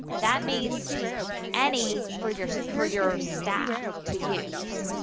that means any for your, for your staff to use.